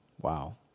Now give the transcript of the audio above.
Wow